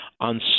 on